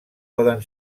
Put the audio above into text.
poden